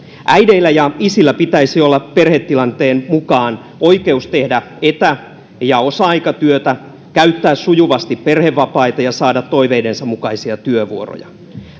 äideillä ja isillä pitäisi olla perhetilanteen mukaan oikeus tehdä etä ja osa aikatyötä käyttää sujuvasti perhevapaita ja saada toiveidensa mukaisia työvuoroja